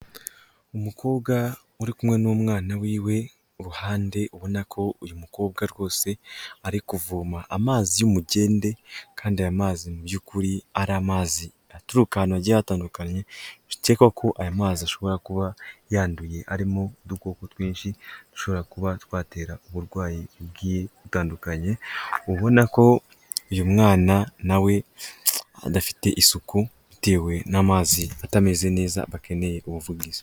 Umukobwa uri kumwe n'umwana wiwe uruhande ubona ko uyu mukobwa rwose ari kuvoma amazi y'umugende kandi ay'amazi mu by'ukuri ari amazi aturuka agiye atandukanye bikekwa ko aya mazi ashobora kuba yanduye arimo udukoko twinshi ashobora kuba twatera uburwayi bwitandukanye ubona ko uyu mwana nawe adafite isuku bitewe n'amazi atameze neza bakeneye ubuvugizi.